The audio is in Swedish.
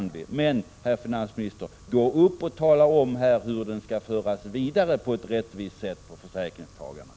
Gå uppi talarstolen, herr finansminister, och tala om hur denna skatt skall föras vidare på ett rättvist sätt på försäkringstagarna!